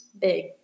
big